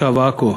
תושב עכו,